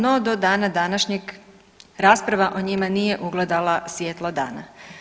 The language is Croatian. No, do dana današnjeg rasprava o njima nije ugledala svjetlo dana.